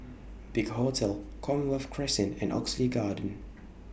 Big Hotel Commonwealth Crescent and Oxley Garden